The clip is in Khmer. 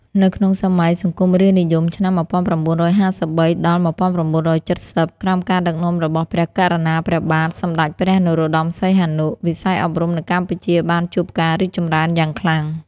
នៅក្នុងសម័យ សង្គមរាស្រ្តនិយម (ឆ្នាំ ១៩៥៣-១៩៧០) ក្រោមការដឹកនាំរបស់ព្រះករុណាព្រះបាទ សម្ដេចព្រះនរោត្តម សីហនុ វិស័យអប់រំនៅកម្ពុជាបានជួបការរីកចម្រើនយ៉ាងខ្លាំង។